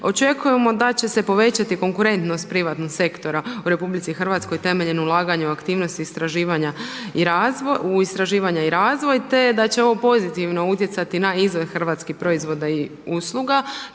Očekujemo da će se povećati konkurentnost privatnog sektora u RH temeljem ulaganja u aktivnosti i istraživanja i razvoj te da će ovo pozitivno utjecati na izgled hrvatskih proizvoda i usluga.